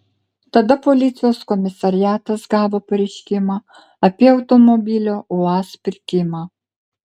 tada policijos komisariatas gavo pareiškimą apie automobilio uaz pirkimą